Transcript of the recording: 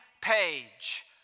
page